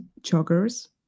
joggers